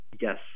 Yes